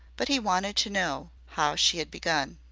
but he wanted to know how she had begun.